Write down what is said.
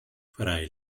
fray